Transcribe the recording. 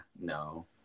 no